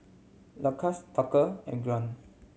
Lukas Tucker and Grant